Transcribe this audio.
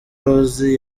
rose